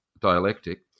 dialectic